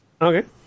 Okay